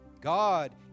God